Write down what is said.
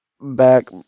back